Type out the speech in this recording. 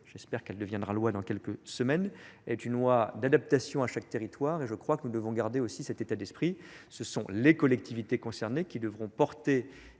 j'espère qu'elle deviendra loi dans quelques semaines est une loi d'adaptation à chaque territoire et je crois que nous devons garder aussi cet état d'esprit, ce sont les collectivités concernées qui devront porter